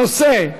הנושא,